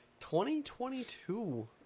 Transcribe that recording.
2022